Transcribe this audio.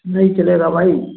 नहीं चलेगा भाई